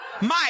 Mike